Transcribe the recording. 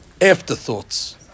afterthoughts